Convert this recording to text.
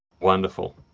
wonderful